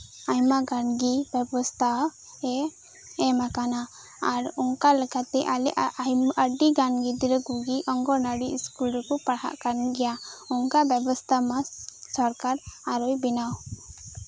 ᱟᱭᱢᱟᱜᱟᱱᱜᱮ ᱵᱮᱵᱚᱥᱛᱷᱟ ᱮ ᱮᱢ ᱟᱠᱟᱱᱟ ᱟᱨ ᱚᱱᱠᱟ ᱞᱮᱠᱟᱛᱮ ᱟᱞᱮᱭᱟᱜ ᱟᱹᱰᱤᱜᱟᱱ ᱜᱤᱫᱽᱨᱟᱹ ᱠᱚᱜᱮ ᱚᱝᱜᱚᱱᱚᱣᱟᱲᱤ ᱨᱮᱠᱚ ᱯᱟᱲᱦᱟᱜ ᱠᱟᱱᱜᱮᱭᱟ ᱚᱱᱠᱟ ᱵᱮᱵᱚᱥᱛᱟ ᱢᱟ ᱥᱚᱨᱠᱟᱨ ᱟᱨᱚᱭ ᱵᱮᱱᱟᱣ